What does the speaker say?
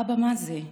אבא, מה זה?